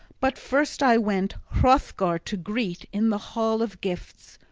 but first i went hrothgar to greet in the hall of gifts,